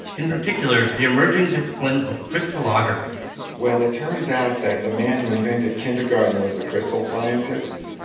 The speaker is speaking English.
in particular, the emerging discipline of crystallography well, it turns out that the man who invented kindergarten was a crystal scientist